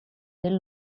del